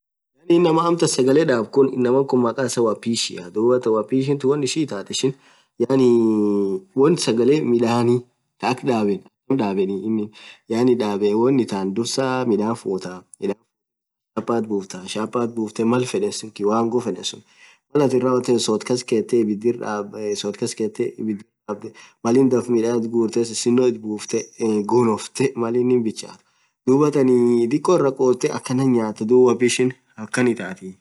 Inamaaa amtan sagale dhab khun. inamaa khun makhaaasa wapishia dhuathan wapishi tun won ishin itathu ishin won sagale midhani akha dhaben atam dhabeni inin yaani dhabeni wonn itan dhursaa midhan futhaa shaapath bufthaa Mal fedhen sunn kiwango fedhen suun mal atanin rawothethu sodh kaskethe ibdhir dhabdhe Mal inn dhafeethu midhan ithi ghurethe sisino itbufethe ghonofethe Mal inin bichathu dhuathan dikko irra khotee akhanan nyatha dhub wapishin akhan atathii